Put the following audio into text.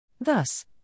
Thus